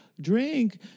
drink